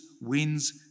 wins